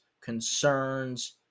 concerns